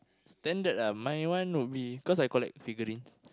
standard my one will be cause I collect figurines